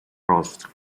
cross